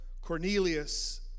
Cornelius